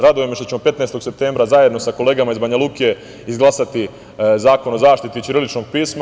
Raduje me što ćemo 15. septembra, zajedno sa kolegama iz Banjaluke izglasati Zakon o zaštiti ćiriličnog pisma.